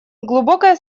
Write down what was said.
глубокое